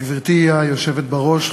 גברתי היושבת בראש,